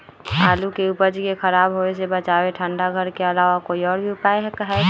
आलू के उपज के खराब होवे से बचाबे ठंडा घर के अलावा कोई और भी उपाय है का?